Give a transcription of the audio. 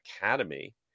Academy